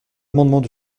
amendements